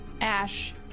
Ash